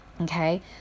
Okay